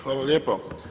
Hvala lijepo.